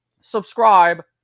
Subscribe